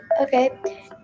Okay